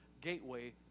gateway